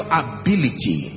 ability